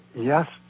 Yes